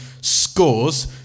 scores